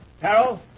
Carol